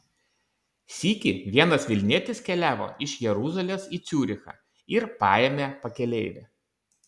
sykį vienas vilnietis keliavo iš jeruzalės į ciurichą ir paėmė pakeleivį